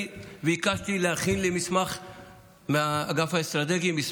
אני ביקשתי מהאגף האסטרטגי להכין לי